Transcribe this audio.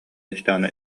истэҕинэ